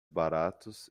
baratos